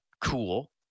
cool